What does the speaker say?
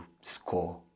score